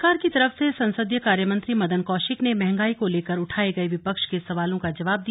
सरकार की तरफ से संसदीय कार्यमंत्री मदन कौशिक ने महंगाई को लेकर उठाये गए विपक्ष के सवालों का जवाब दिया